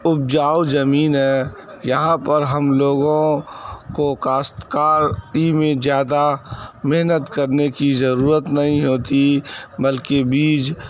اپجاؤ زمین ہے یہاں پر ہم لوگوں کو کاشت کاری میں زیادہ محنت کرنے کی ضرورت نہیں ہوتی بلکہ بیج